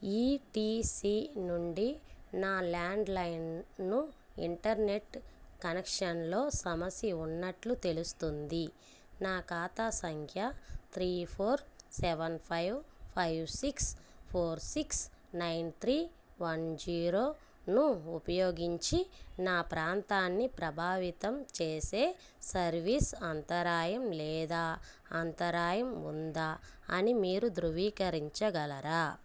ETC నుండి నా ల్యాండ్లైన్ను ఇంటర్నెట్ కనెక్షన్లో సమస్య ఉన్నట్టు తెలుస్తుంది నా ఖాతా సంఖ్య three four seven five five six four six nine three one జీరోను ఉపయోగించి నా ప్రాంతాన్ని ప్రభావితం చేసే సర్వీస్ అంతరాయం లేదా అంతరాయం ఉందా అని మీరు ధృవీకరించగలరా